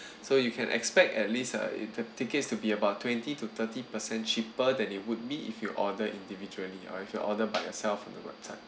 so you can expect at least uh it the tickets to be about twenty to thirty percent cheaper than it would be if you order individually or if you order by yourself on the website